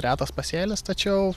retas pasėlis tačiau